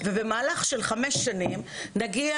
ובמהלך של חמש שנים נגיע